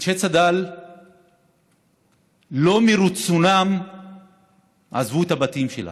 אנשי צד"ל לא מרצונם עזבו את הבתים שלהם.